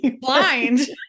blind